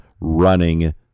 running